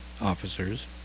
officers